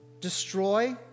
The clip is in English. destroy